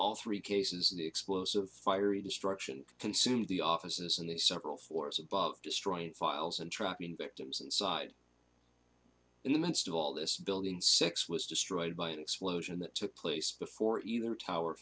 all three cases the explosive fiery destruction consumed the offices and the several floors above destroying files and tracking victims inside in the midst of all this building six was destroyed by an explosion that took place before either tower